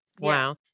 wow